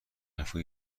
حرفا